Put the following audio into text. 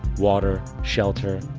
water, shelter.